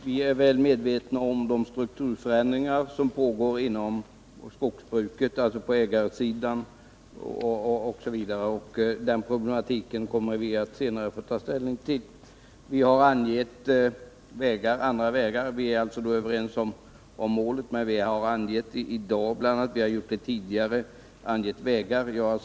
Herr talman! Vi är väl medvetna om de strukturförändringar som pågår på ägarsidan inom skogsbruket. Den problematiken kommer vi att senare ta ställning till. Vi är alltså överens om målet, men vi har i dag, liksom tidigare, angett olika vägar.